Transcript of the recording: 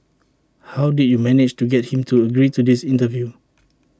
how did you manage to get him to agree to this interview